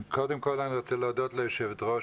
קודם כל אני רוצה להודות ליושבת-ראש,